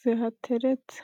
zihateretse.